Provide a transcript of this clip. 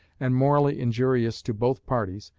and morally injurious to both parties,